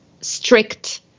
strict